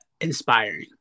inspiring